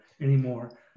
anymore